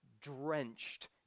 drenched